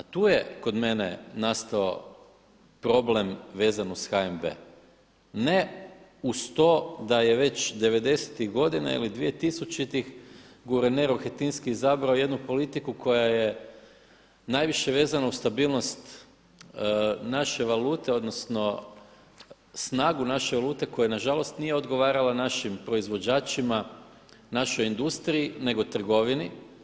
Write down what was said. Tu je kod mene nastao problem vezan uz HNB, ne uz to da je već devedesetih godina ili dvije tisućitih guverner Rohatinski izabrao jednu politiku koja je najviše vezana uz stabilnost naše valute odnosno snagu naše valute koja nažalost nije odgovarala našim proizvođačima, našoj industriji nego trgovini.